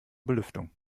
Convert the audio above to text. belüftung